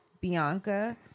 bianca